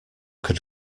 could